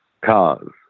cars